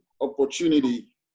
opportunity